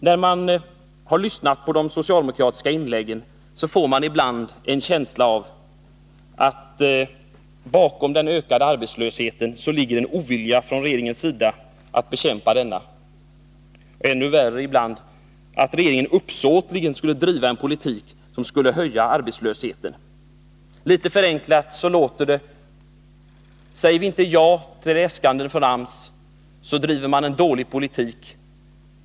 När man lyssnat till de socialdemokratiska inläggen har man ibland fått en känsla av att bakom den ökade arbetslösheten skulle ligga en ovilja från regeringens sida att bekämpa denna. Ännu värre ibland: att regeringen uppsåtligen skulle driva en politik som skulle höja arbetslösheten. Litet förenklat låter det: Säger man inte ja till äskanden från AMS, så driver man en dålig politik.